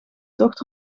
tocht